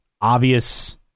obvious